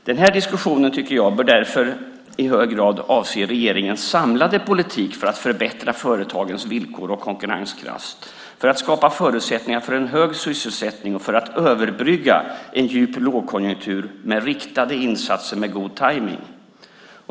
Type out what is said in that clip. Den här diskussionen bör därför i hög grad avse regeringens samlade politik för att förbättra företagens villkor och konkurrenskraft, för att skapa förutsättningar för en hög sysselsättning och för att överbrygga en djup lågkonjunktur med riktade insatser med god tajmning.